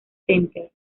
center